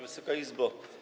Wysoka Izbo!